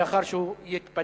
לאחר שהוא יתפנה,